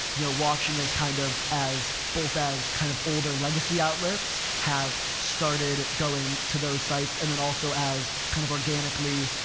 yeah watching those kind of as, both as kind of older legacy outlets have started going to those sites and then also as kind of organically,